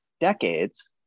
decades